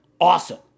awesome